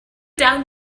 down